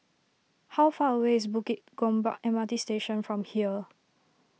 how far away is Bukit Gombak M R T Station from here